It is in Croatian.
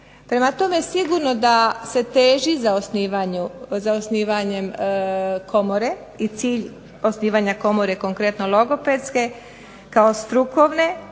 Prema tome sigurno da se teži za osnivanjem komore, i cilj osnivanja komore konkretno logopedske, kao strukovne,